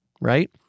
right